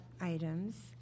items